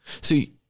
See